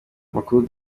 amakuru